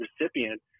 recipient